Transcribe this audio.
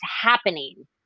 happening